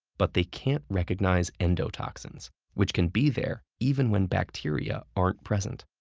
but they can't recognize endotoxins which can be there even when bacteria aren't present.